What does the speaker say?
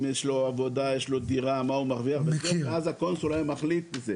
יש לו דירה ואז הקונסול היה מחליט- - מכיר.